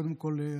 קודם כול,